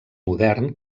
modern